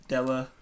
Della